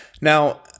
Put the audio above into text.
Now